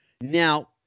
Now